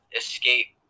escape